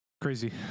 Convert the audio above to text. crazy